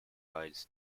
brides